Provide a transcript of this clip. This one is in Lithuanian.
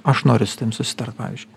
aš noriu su tavim susitart pavyzdžiui